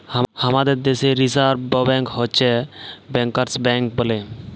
হামাদের দ্যাশে reserve bank হচ্ছ ব্যাংকার্স ব্যাঙ্ক বলে